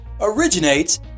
originates